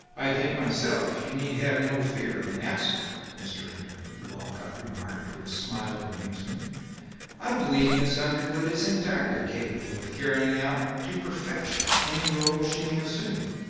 i think myself you need have no fear on that score, mr. underwood, walcott remarked, with a smile of amusement i believe miss underwood is entirely capable of carrying out to perfection any role she may assume,